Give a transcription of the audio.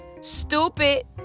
stupid